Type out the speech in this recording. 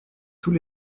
tous